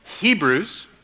Hebrews